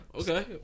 okay